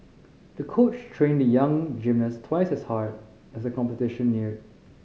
the coach trained the young gymnast twice as hard as the competition neared